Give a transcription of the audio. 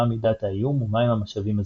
מה מידת האיום ומה הם המשאבים הזמינים.